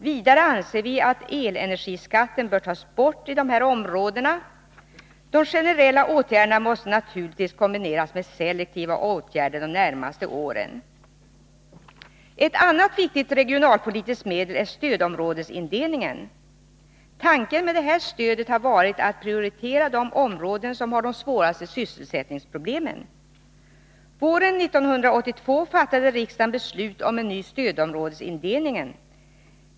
Vidare anser vi att elenergiskatten bör tas bort i de här områdena. De generella åtgärderna måste naturligtvis kombineras med selektiva åtgärder de närmaste åren. Ett annat viktigt regionalpolitiskt medel är stödområdesindelningen. Tanken med det stödet har varit att prioritera de områden som har de svåraste sysselsättningsproblemen. Våren 1982 fattade riksdagen beslut om en ny stödområdesindelning.